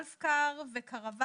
לגבי גולף קאר וקרוואן.